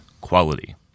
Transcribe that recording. quality